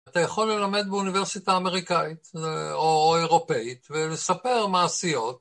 אתה יכול ללמד באוניברסיטה האמריקאית או אירופאית ולספר מעשיות.